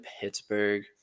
Pittsburgh